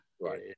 right